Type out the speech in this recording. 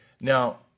Now